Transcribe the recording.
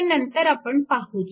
ते नंतर आपण पाहूच